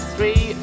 Three